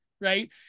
right